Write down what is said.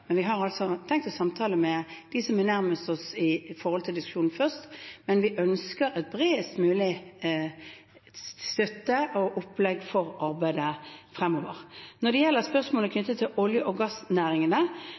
Vi har først tenkt å samtale med dem som er nærmest oss i diskusjonen, men vi ønsker bredest mulig støtte og opplegg for arbeidet fremover. Når det gjelder spørsmålet